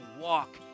walk